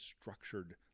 structured